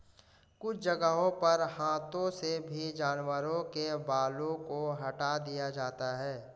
कुछ जगहों पर हाथों से भी जानवरों के बालों को हटा दिया जाता है